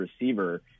receiver